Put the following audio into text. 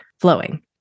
flowing